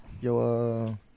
Yo